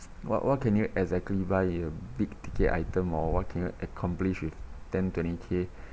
what what can you exactly buy a big ticket item or what can you accomplish with ten twenty K